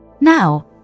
Now